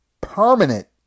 permanent